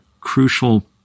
crucial